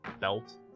belt